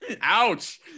Ouch